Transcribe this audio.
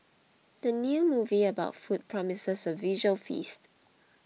the new movie about food promises a visual feast